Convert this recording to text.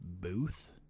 booth